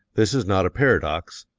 this is not a paradox,